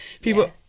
people